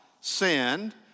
Sinned